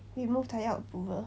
remove 才要 approval